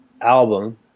album